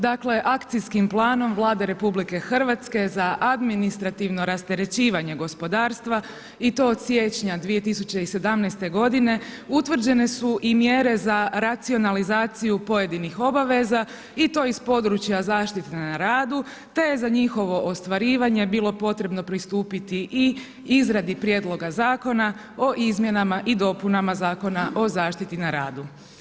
Dakle, akcijskim planom Vlada RH je za administrativno rasterećivanje gospodarstva i to od siječnja 2017. godine utvrđene su i mjere za racionalizaciju pojedinih obaveza i to iz područja zaštite na radu te je za njihovo ostvarivanje bilo potrebno pristupiti i izradi prijedloga zakona o izmjenama i dopunama Zakona o zaštiti na radu.